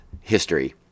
history